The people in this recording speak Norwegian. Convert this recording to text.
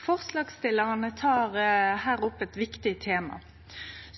Forslagsstillarane tek her opp eit viktig tema.